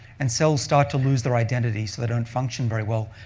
and cells start to lose their identity so they don't function very well.